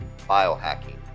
biohacking